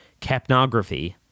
capnography